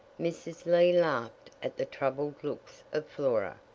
mrs. lee laughed at the troubled looks of flora,